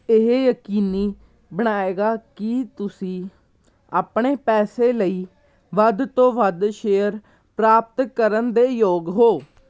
ਇਹ ਯਕੀਨੀ ਬਣਾਏਗਾ ਕੀ ਤੁਸੀਂ ਆਪਣੇ ਪੈਸੇ ਲਈ ਵੱਧ ਤੋਂ ਵੱਧ ਸ਼ੇਅਰ ਪ੍ਰਾਪਤ ਕਰਨ ਦੇ ਯੋਗ ਹੋ